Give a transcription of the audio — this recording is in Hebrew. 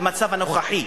במצב הנוכחי,